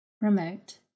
remote